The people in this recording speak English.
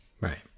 Right